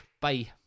bye